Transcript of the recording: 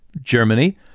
Germany